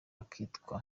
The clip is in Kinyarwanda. akitwa